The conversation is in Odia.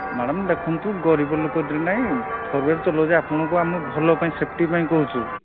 ମ୍ୟାଡ଼ାମ୍ ଦେଖନ୍ତୁ ଗରିବ ଲୋକ ଏଥିରେ ନାଇଁ ଚଲଉଛ ଆପଣଙ୍କୁ ଆମ ଭଲ ପାଇଁ ସେଫ୍ଟି ପାଇଁ କହୁଛୁ